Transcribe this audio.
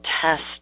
test